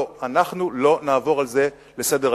לא, אנחנו לא נעבור על זה לסדר-היום.